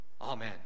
Amen